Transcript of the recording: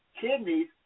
kidney's